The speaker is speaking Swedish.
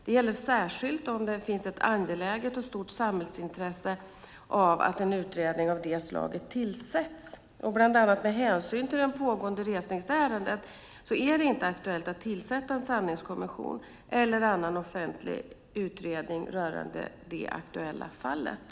Det gäller särskilt om det också finns ett angeläget och stort samhällsintresse av att en utredning av det slaget tillsätts. Bland annat med hänsyn till det pågående resningsärendet är det inte aktuellt att tillsätta en sanningskommission eller en annan offentlig utredning rörande det aktuella fallet.